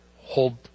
hold